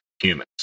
humans